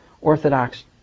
Orthodox